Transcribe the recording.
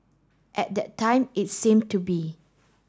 at that time it seemed to be